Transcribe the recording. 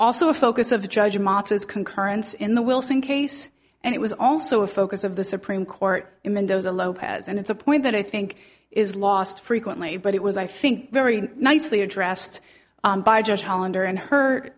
also a focus of the judge motss concurrence in the wilson case and it was also a focus of the supreme court in mendoza lopez and it's a point that i think is lost frequently but it was i think very nicely addressed